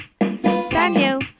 Daniel